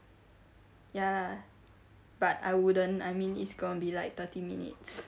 ya lah but I wouldn't I mean it's gonna be like thirty minutes